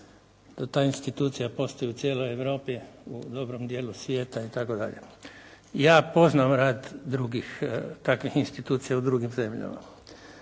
ta institucija postoji u cijeloj Europi u dobrom dijelu svijeta itd. Ja poznam rad drugih takvih institucija u drugim zemljama.